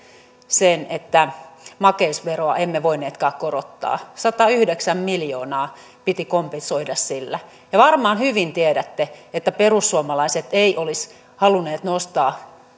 sen että makeisveroa emme voineetkaan korottaa satayhdeksän miljoonaa piti kompensoida sillä varmaan hyvin tiedätte että perussuomalaiset eivät olisi halunneet nostaa